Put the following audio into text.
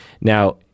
Now